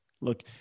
Look